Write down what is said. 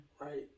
Right